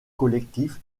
collectif